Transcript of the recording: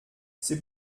c’est